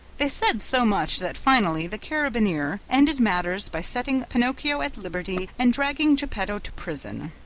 they said so much that, finally, the carabineer ended matters by setting pinocchio at liberty and dragging geppetto to prison.